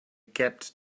get